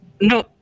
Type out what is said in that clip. no